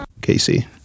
Casey